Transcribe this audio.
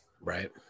right